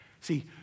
See